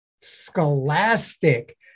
scholastic